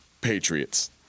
Patriots